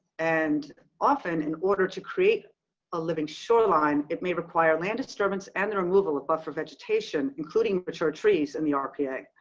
and often, in order to create a living shoreline, it may require land disturbance and removal of buffer vegetation, including mature trees in the rpa.